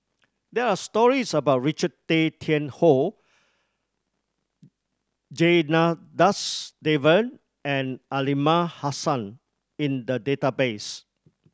there are stories about Richard Tay Tian Hoe Janadas Devan and Aliman Hassan in the database